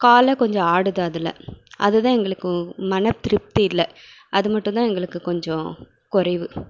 கால் கொஞ்சம் ஆடுது அதில் அது தான் எங்களுக்கு மன திருப்தி இல்லை அது மட்டும் தான் எங்களுக்கு கொஞ்சம் குறைவு